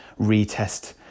retest